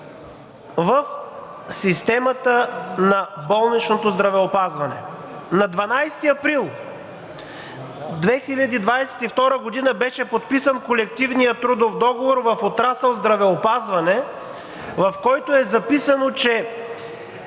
в системата на болничното здравеопазване. На 12 април 2022 г. беше подписан колективният трудов договор в отрасъл „Здравеопазване“, в който е записано, че